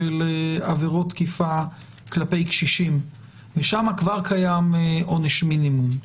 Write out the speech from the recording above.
עבירות תקיפה כלפי קשישים ושם כבר קיים עונש מינימום,